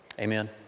Amen